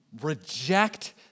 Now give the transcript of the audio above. reject